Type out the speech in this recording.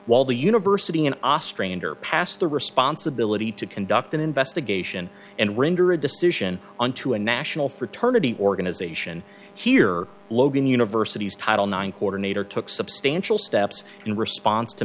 while the university an os stranger passed the responsibility to conduct an investigation and render a decision on to a national fraternity organisation here logan university's title nine coordinator took substantial steps in response to